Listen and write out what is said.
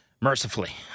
mercifully